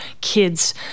kids